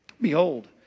Behold